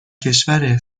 کشور